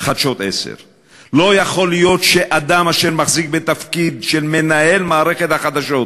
חדשות 10. לא יכול להיות שאדם אשר מחזיק בתפקיד של מנהל מערכת החדשות,